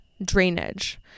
drainage